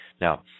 Now